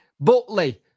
Butley